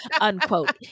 unquote